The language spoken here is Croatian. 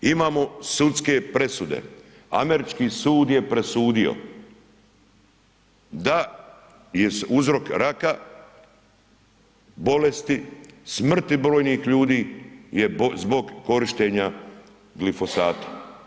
Imamo sudske presude, američki sud je presudio da je uzrok raka, bolesti, smrti brojnih ljudi je zbog korištenja glifosata.